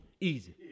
Easy